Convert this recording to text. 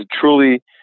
truly